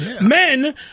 Men